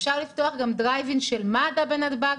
אפשר לפתוח גם דרייב אין של מד"א בנתב"ג